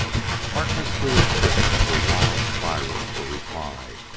harkness threw his ship into a wild spiral for reply,